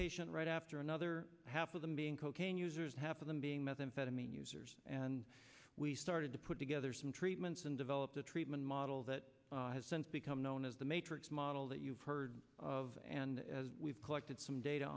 patient right after another half of them being cocaine users half of them being methamphetamine users and we started to put together some treatments and developed a treatment model that has since become known as the matrix model that you've heard of and we've collected some data